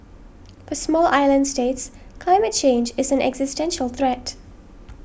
for small island states climate change is an existential threat